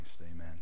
amen